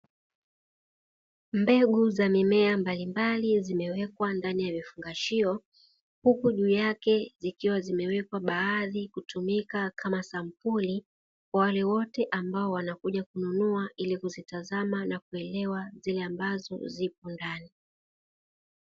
Mbegu mbalimbali za mimea zimewekwa ndani ya vifungashio zimewekwa baadhi kutumika kama sampuli kwa wale wote ambao wanakuja kununua ili kuzitazama na kuelewa zile ambazo zipo rani.